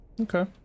Okay